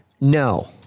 No